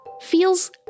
feels